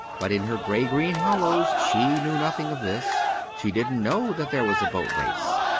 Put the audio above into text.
but in her grey-green hollows, she knew nothing of this she didn't know that there was a boat race.